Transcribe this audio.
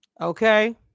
okay